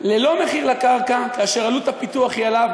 ללא מחיר לקרקע, כאשר עלות הפיתוח היא עליו.